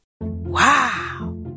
Wow